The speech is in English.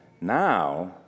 now